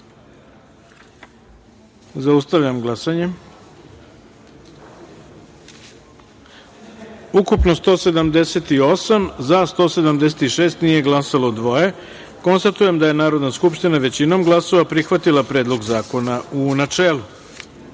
taster. Zaustavljam glasanje: ukupno 178, za - 176, nije glasalo – dvoje. Konstatujem da je Narodna skupština većinom glasova prihvatila Predlog zakona, u